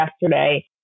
yesterday